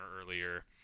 earlier